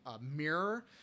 mirror